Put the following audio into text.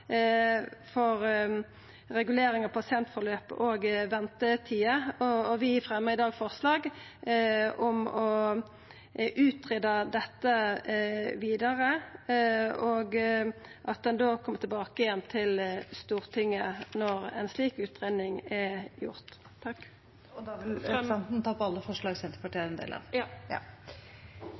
for regulering av pasientforløp og ventetider, og vi fremjar i dag forslag om å greia ut dette vidare, og at ein kjem tilbake igjen til Stortinget når ei slik utgreiing er gjord. Eg tek opp alle forslaga Senterpartiet er ein del av.